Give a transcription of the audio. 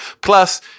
Plus